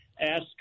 ask